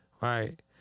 Right